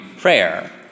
prayer